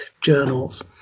journals